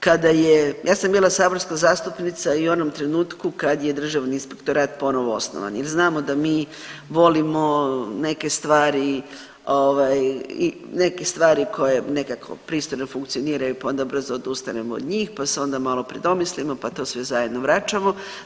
Kada je, ja sam bila saborska zastupnica i u onom trenutku kad je Državni inspektorat ponovo osnovan jer znamo da mi volimo neke stvari ovaj, i neke stvari koje nekako pristojno funkcioniraju pa onda brzo odustanemo od njih pa se onda malo predomislimo pa to sve zajedno vraćamo.